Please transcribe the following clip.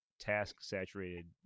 task-saturated